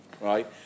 right